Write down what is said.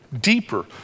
deeper